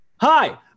hi